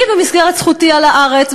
אני במסגרת זכותי על הארץ,